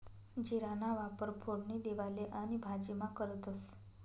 जीराना वापर फोडणी देवाले आणि भाजीमा करतंस